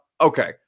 Okay